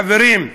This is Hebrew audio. חברים,